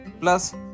plus